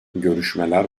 görüşmeler